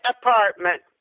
apartment